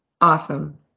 awesome